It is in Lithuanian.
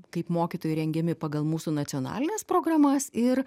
kaip mokytojai rengiami pagal mūsų nacionalines programas ir